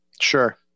Sure